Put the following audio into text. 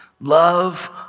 love